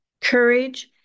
courage